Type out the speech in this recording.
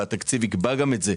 והתקציב גם יקבע את זה,